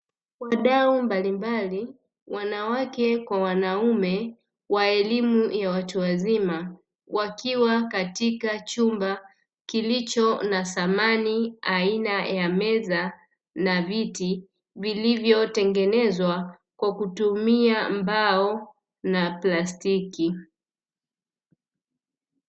Wadau mbalimbali, wanawake kwa wanaume, wa elimu ya watu wazima, wakiwa katika chumba kilicho na samani aina ya meza na viti; vilivyotengenezwa kwa kutumia mbao na plastiki.